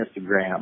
Instagram